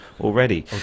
already